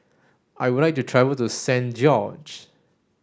I would like to travel to Saint George